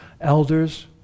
Elders